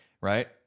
right